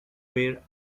were